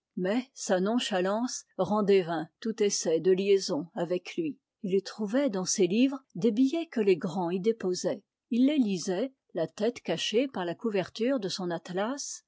sa nonchalance rendait vain tout essai de liaison avec lui il trouvait dans ses livres des billets que les grands y déposaient il les lisait la tête cachée par la couverture de son atlas